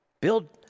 build